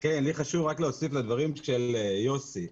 לי להוסיף לדברים של יוסי.